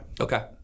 okay